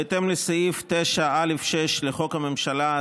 בהתאם לסעיף 9(א)(6) לחוק הממשלה,